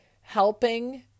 helping